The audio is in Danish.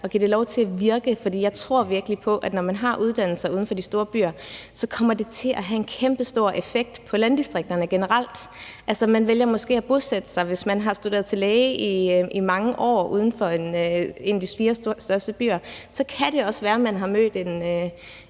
og give det lov til at virke, for jeg tror virkelig på, at når man har uddannelser uden for de store byer, kommer det til at have en kæmpestor effekt på landdistrikterne generelt. Hvis man har studeret til læge i mange år, vælger man måske at bosætte sig uden for en af de fire største byer, og så kan det også være, at man har mødt en